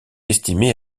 estimé